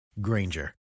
Granger